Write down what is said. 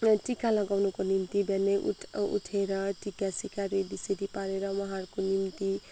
टिका लगाउनुको निम्ति बिहानै उठ उठेर टिका सिका रेडी सेडी गरेर उहाँहरूको निम्ति